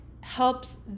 helps